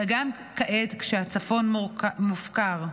וגם כעת, כשהצפון מופקר,